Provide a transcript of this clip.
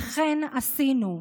וכן עשינו.